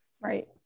right